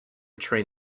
train